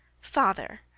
Father